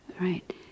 Right